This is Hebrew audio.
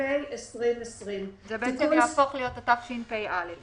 התש"ף-2020 זה יהפוך להיות התשפ"א.